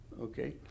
okay